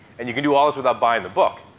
and you can do all this without buying the book.